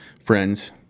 friends